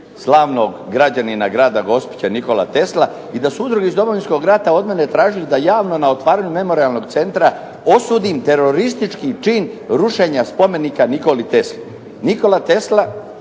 slavnog građanina grada Gospića Nikola Tesla i da su udruge iz Domovinskog rata od mene tražili da javno na otvaranju memorijalnog centra osudim teroristički čin rušenja spomenika Nikoli Tesli. Nikola Tesla